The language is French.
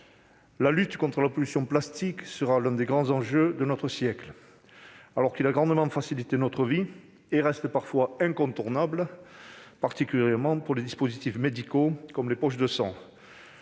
la lutte contre la pollution par le plastique sera l'un des grands enjeux de notre siècle. Ce matériau a pourtant grandement facilité notre vie et reste parfois incontournable, particulièrement pour les dispositifs médicaux comme les poches de sang.